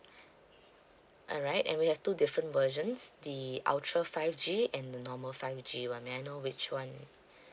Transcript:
alright and we have two different versions the ultra five G and the normal five G one may I know which one